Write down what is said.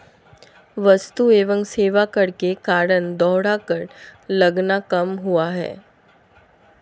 वस्तु एवं सेवा कर के कारण दोहरा कर लगना कम हुआ है